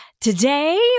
today